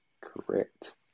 Correct